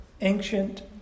ancient